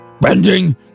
Bending